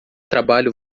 trabalho